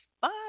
Bye